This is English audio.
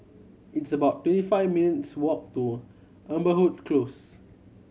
it's about twenty five minutes' walk to Amberwood Close